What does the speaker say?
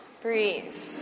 Breathe